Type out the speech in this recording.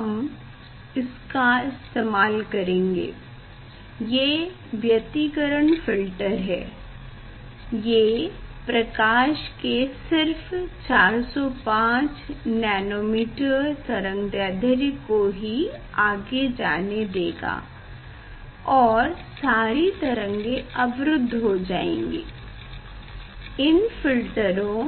हम इसका इस्तेमाल करेंगे ये व्यतिकरण फ़िल्टर है ये प्रकाश के सिर्फ 405nm तरंगदैढ्र्य को ही आगे जाने देगा और सारी तरंगें अवरुद्ध हो जाएँगी इन फिल्टरों